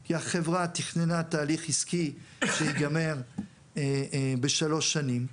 כי החברה תכננה תהליך עסקי שייגמר בשלוש שנים,